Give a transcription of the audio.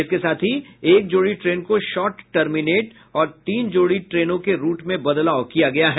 इसके साथ ही एक जोड़ी ट्रेन को शार्ट टर्मिनेशन और तीन जोड़ी ट्रेनों के रूट में बदलाव किया है